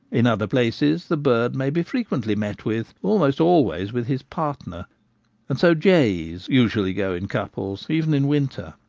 in other places the bird may be frequently met with, almost always with his partner and so jays usually go in couples, even in winter.